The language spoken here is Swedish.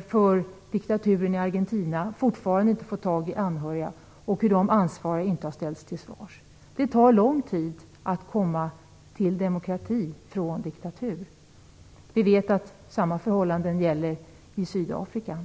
för diktaturen i Argentina får fortfarande inte tag i anhöriga. De ansvariga har inte ställts till svars. Det tar lång tid att gå från diktatur till demokrati. Vi vet att samma förhållanden gäller i Sydafrika.